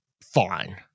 fine